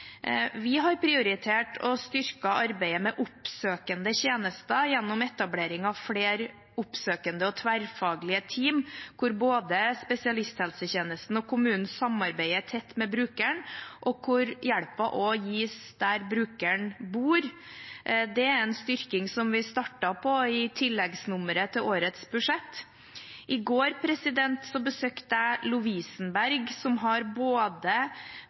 Vi har prioritert og styrket arbeidet med oppsøkende tjenester gjennom etablering av flere oppsøkende og tverrfaglige team hvor både spesialisthelsetjenesten og kommunen samarbeider tett med brukeren, og hvor hjelpen også gis der brukeren bor. Det er en styrking som vi startet på i tilleggsnummeret til årets budsjett. I går besøkte jeg Lovisenberg, som har både